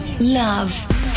Love